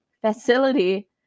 facility